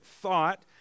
thought